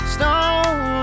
Stone